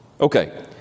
Okay